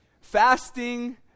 Fasting